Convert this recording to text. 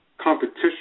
competition